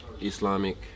Islamic